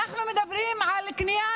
אנחנו מדברים על קניית